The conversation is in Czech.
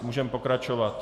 Můžeme pokračovat.